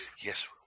yes